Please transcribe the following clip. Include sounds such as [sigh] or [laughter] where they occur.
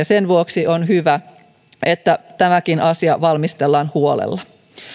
[unintelligible] sen vuoksi on hyvä että tämäkin valmistellaan huolella